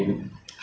ya ya